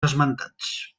esmentats